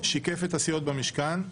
שיקף את הסיעות במשכן,